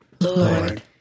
Lord